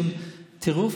טירוף,